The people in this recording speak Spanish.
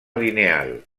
lineal